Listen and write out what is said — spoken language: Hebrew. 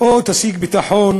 או תשיג ביטחון,